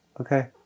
Okay